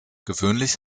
gewöhnlich